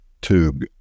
tube